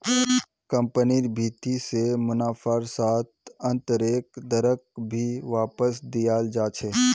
कम्पनिर भीति से मुनाफार साथ आन्तरैक दरक भी वापस दियाल जा छे